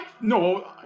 No